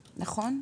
נכון?